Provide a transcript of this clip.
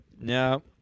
No